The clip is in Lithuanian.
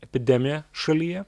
epidemiją šalyje